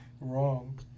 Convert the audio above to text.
wrong